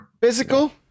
physical